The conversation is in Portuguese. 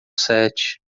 sete